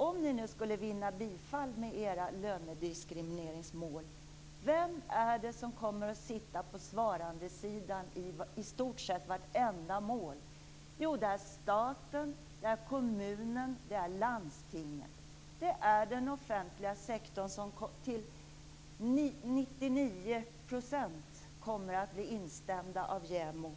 Om man skulle vinna bifall med sina lönediskrimineringsmål - vem är det då som kommer att sitta på svarandesidan i stort sett i vartenda mål? Jo, det är staten, kommunerna och landstingen. Det är alltså den offentliga sektorn som till 99 % kommer att bli instämda av JämO